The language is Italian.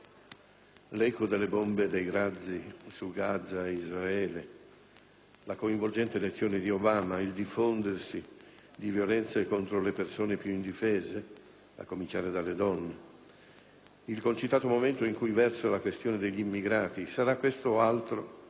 l'eco delle bombe e dei razzi su Gaza e Israele, la coinvolgente lezione di Obama, il diffondersi di violenze contro le persone più indifese (a cominciare dalle donne), il concitato momento in cui versa la questione degli immigrati: sarà questo o altro,